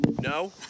No